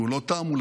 שהוא לא תעמולתי,